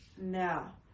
now